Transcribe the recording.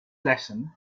lesson